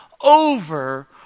over